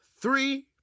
three